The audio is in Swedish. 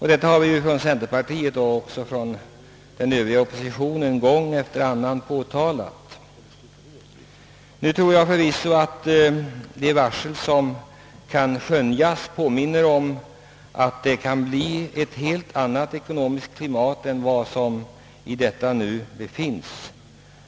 Detta har vi i centerpartiet liksom den övriga borgerliga oppositionen, gång efter annan framhållit. Nu tror jag förvisso att det varsel som kan skönjas anger att det kan bli ett helt annat ekonomiskt klimat än som varit.